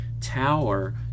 tower